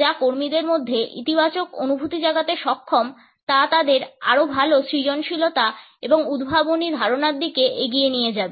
যা কর্মীদের মধ্যে ইতিবাচক অনুভূতি জাগাতে সক্ষম তা তাদের আরও ভাল সৃজনশীলতা এবং উদ্ভাবনী ধারণার দিকে নিয়ে যাবে